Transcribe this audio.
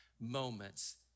moments